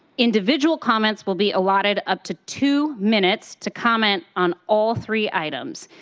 individual comments will be allotted up to two minutes to comment on all three items.